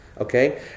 Okay